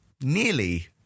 nearly